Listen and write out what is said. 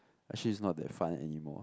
actually it's not that fun anymore